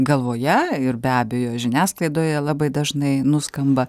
galvoje ir be abejo žiniasklaidoje labai dažnai nuskamba